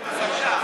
בבקשה,